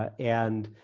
and